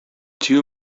two